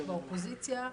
באופוזיציה,